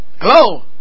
Hello